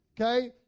okay